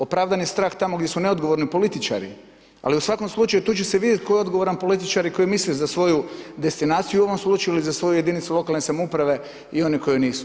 Opravdani strah je tamo gdje su neodgovorni političari ali u svakom slučaju tu će se vidjeti tko je odgovoran političar i koji misli za svoju destinaciju u ovom slučaju ili za svoju jedinicu lokalne samouprave i oni koji nisu.